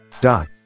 Dot